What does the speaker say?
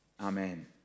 amen